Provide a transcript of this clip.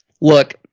Look